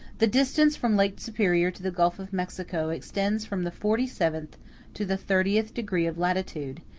the distance from lake superior to the gulf of mexico extends from the forty seventh to the thirtieth degree of latitude,